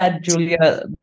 Julia